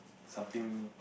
something